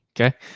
Okay